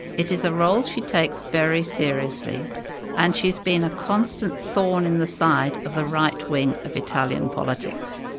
it is a role she takes very seriously and she has been a constant thorn in the side of the right wing of italian politics.